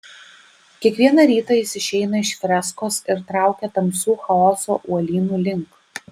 kiekvieną rytą jis išeina iš freskos ir traukia tamsių chaoso uolynų link